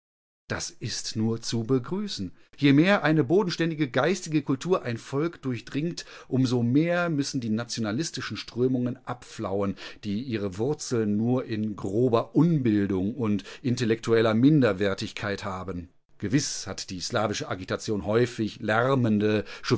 das ist nur zu begrüßen je mehr eine bodenständige geistige kultur ein volk durchdringt um so mehr müssen die nationalistischen strömungen abflauen die ihre wurzeln nur in grober unbildung und intellektueller minderwertigkeit haben gewiß hat die slavische agitation häufig lärmende